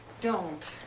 don't.